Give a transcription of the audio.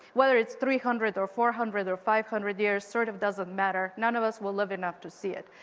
whether it's three hundred or four hundred or five hundred hundred years sort of doesn't matter, none of us will live enough to see it.